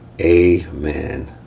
amen